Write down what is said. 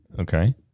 Okay